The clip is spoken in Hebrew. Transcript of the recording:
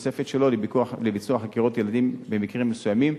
נוספת שלו לביצוע חקירות ילדים במקרים מסוימים.